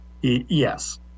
yes